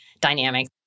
dynamic